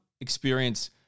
experience